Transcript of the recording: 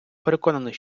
переконаний